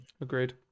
agreed